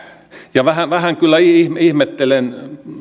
ja vähän vähän kyllä ihmettelen